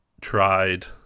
tried